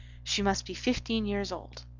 she must be fifteen yers old.